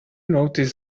notice